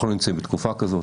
אנחנו לא נמצאים בתקופה כזאת,